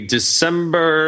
December